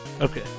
Okay